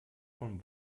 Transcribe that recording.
vom